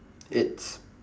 it's